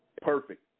Perfect